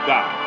God